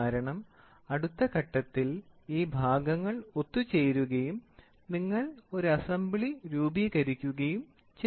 കാരണം അടുത്ത ഘട്ടത്തിൽ ഈ ഭാഗങ്ങൾ ഒത്തുചേരുകയും നിങ്ങൾ ഒരു അസംബ്ലി രൂപീകരിക്കുകയും ചെയ്യും